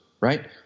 right